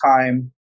time